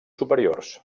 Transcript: superiors